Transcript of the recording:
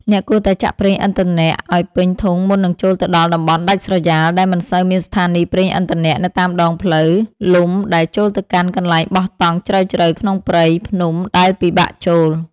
អ្នកគួរតែចាក់ប្រេងឥន្ធនៈឱ្យពេញធុងមុននឹងចូលទៅដល់តំបន់ដាច់ស្រយាលដែលមិនសូវមានស្ថានីយប្រេងឥន្ធនៈនៅតាមដងផ្លូវលំដែលចូលទៅកាន់កន្លែងបោះតង់ជ្រៅៗក្នុងព្រៃភ្នំដែលពិបាកចូល។